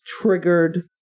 triggered